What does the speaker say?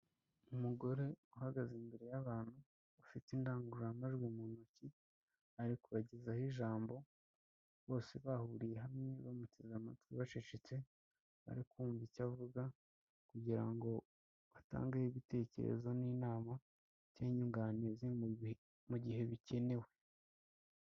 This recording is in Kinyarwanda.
Umugore uhagaze imbere y'abantu ufite indangururamajwi mu ntoki, ari kubagezaho ijambo bose bahuriye hamwe, bamuteze amatwi, bacecetse bari kumva icyo avuga, kugira ngo batangeho ibitekerezo n'inama cyangwa inyunganizi mu gihe bikenewe.